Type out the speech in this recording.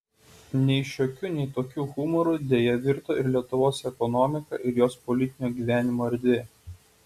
nei šiokiu nei tokiu humoru deja virto ir lietuvos ekonomika ir jos politinio gyvenimo erdvė